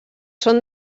són